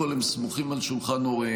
קודם כול הם סמוכים על שולחן הוריהם,